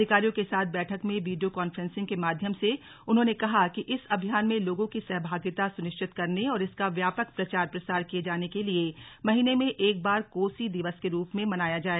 अधिकारियों के साथ बैठक में वीडियो कॉन्फ्रेसिंग के माध्यम से उन्होंने कहा कि इस अभियान में लोगों की सहभागिता सुनिश्चत करने और इसका व्यापक प्रचार प्रसार किये जाने के लिए महीने में एक बार कोसी दिवस के रूप में मनाया जाए